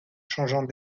changeant